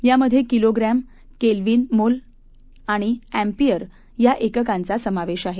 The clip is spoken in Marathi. यामधे किलोग्रॅम केल्वीन मोल आणि एम्पीअर या एककांचा समावेश आहे